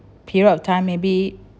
period of time maybe